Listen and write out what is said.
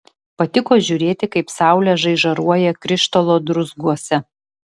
patiko žiūrėti kaip saulė žaižaruoja krištolo druzguose